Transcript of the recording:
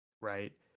Right